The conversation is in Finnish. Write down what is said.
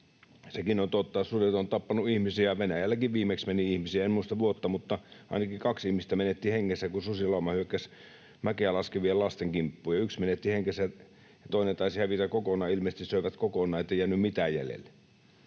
Sekin on totta, että sudet ovat tappaneet ihmisiä. Venäjälläkin viimeksi meni ihmisiä, en muista vuotta, mutta ainakin kaksi ihmistä menetti henkensä, kun susilauma hyökkäsi mäkeä laskevien lasten kimppuun: yksi menetti henkensä ja toinen taisi hävitä kokonaan — ilmeisesti söivät kokonaan, niin ettei jäänyt mitään jäljelle.